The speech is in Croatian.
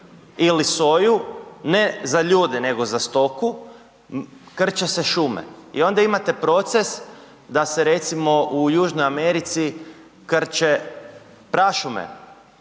ili soju ne za ljude, nego za stoku krče se šume. I onda imate proces da se recimo u Južnoj Americi krče prašume.